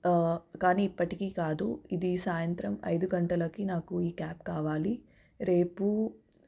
కానీ ఇప్పటికీ కాదు ఇది సాయంత్రం ఐదు గంటలకి నాకు ఈ క్యాబ్ కావాలి రేపు